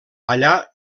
allà